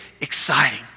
exciting